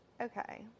okay